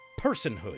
personhood